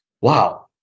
wow